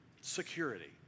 security